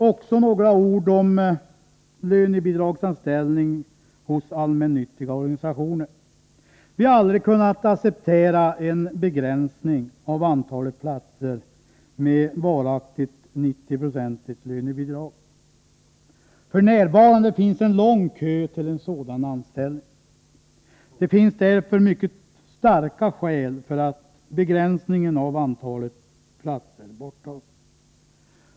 Så några ord om lönebidragsanställning vid allmännyttiga organisationer. Vi har aldrig kunnat acceptera en begränsning av antalet platser med varaktigt 90-procentigt lönebidrag. F.n. finns en lång kö till sådana anställningar, varför det finns mycket starka skäl för att begränsningen av antalet platser skall borttas.